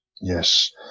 yes